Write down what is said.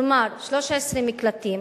כלומר 13 מקלטים